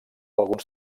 alguns